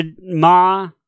Ma